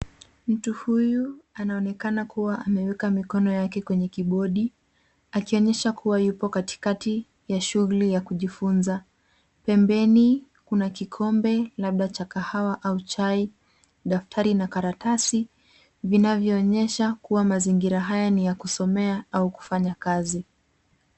Mtu huyu anaonekana kuwa ameweka mikono yake kwenye kibodi, akionyesha kuwa yupo katikati ya shughuli ya kujifunza, pembeni kuna kikombe, labda cha kahawa au chai, daftari na karatasi, vinavyonyesha kuwa mazingira haya ni ya kusomea au kufanya kazi.